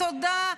תודה,